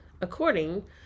According